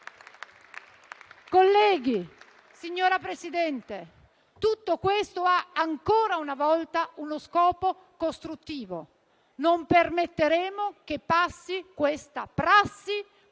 Colleghi, signor Presidente, tutto questo ha ancora una volta uno scopo costruttivo: non permetteremo che passi questa prassi